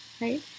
Right